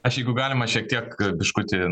aš jeigu galima šiek tiek biškutį